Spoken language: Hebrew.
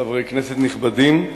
חברי כנסת נכבדים,